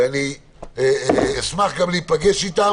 ואני אשמח גם להיפגש איתם